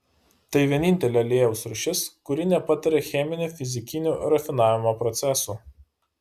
tai vienintelė aliejaus rūšis kuri nepatiria cheminių fizikinių rafinavimo procesų